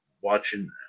watching